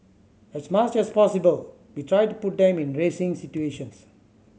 as much as possible we try to put them in racing situations